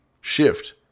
shift